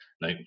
No